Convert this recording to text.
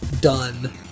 done